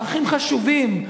ערכים חשובים,